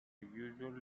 usual